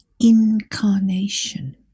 Incarnation